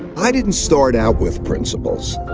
i didn't start out with principles.